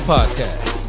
Podcast